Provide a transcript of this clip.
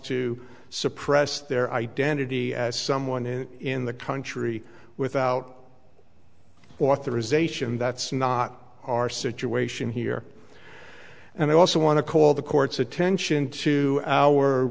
to suppress their identity as someone in in the country without authorization that's not our situation here and i also want to call the court's attention to our